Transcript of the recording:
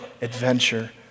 adventure